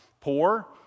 poor